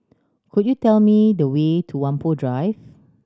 could you tell me the way to Whampoa Drive